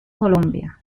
colombia